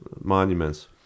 monuments